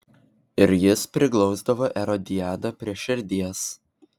ir jis priglausdavo erodiadą prie širdies